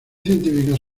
científicas